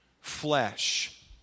flesh